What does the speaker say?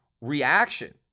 reaction